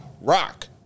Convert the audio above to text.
rock